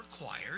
required